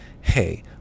Hey